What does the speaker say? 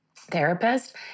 therapist